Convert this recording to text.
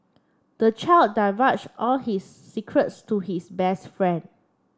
the child divulged all his secrets to his best friend